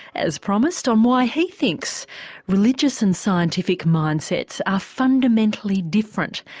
as promised, on why he thinks religious and scientific mind-sets are fundamentally different,